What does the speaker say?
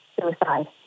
suicide